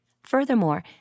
Furthermore